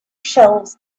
shelves